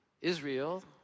Israel